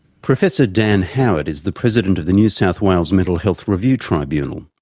professor dan howard is the president of the new south wales mental health review tribunal.